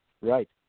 right